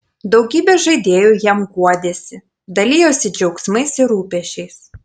daugybė žaidėjų jam guodėsi dalijosi džiaugsmais ir rūpesčiais